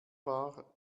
war